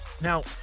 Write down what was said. Now